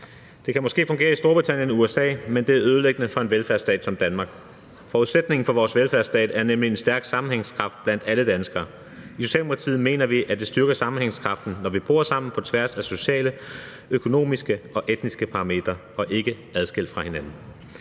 Det kan måske fungere i Storbritannien og USA, men det er ødelæggende for en velfærdsstat som Danmark. Forudsætningen for vores velfærdsstat er nemlig en stærk sammenhængskraft blandt alle danskere. I Socialdemokratiet mener vi, at det styrker sammenhængskraften, når vi bor sammen på tværs af sociale, økonomiske og etniske parametre, og ikke adskilt fra hinanden.